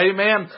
Amen